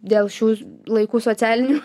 dėl šių laikų socialinių